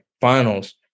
finals